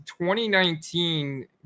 2019